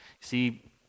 See